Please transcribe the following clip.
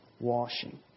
washing